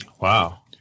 Wow